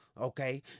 Okay